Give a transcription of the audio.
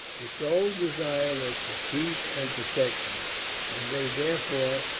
the sole desire was for peace and protection and they, therefore,